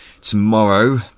tomorrow